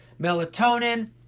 melatonin